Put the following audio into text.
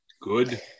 good